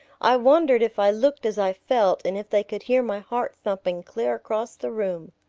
i wondered if i looked as i felt and if they could hear my heart thumping clear across the room.